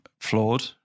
flawed